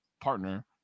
partner